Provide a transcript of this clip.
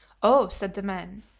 oh! said the man,